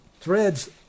threads